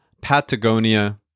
Patagonia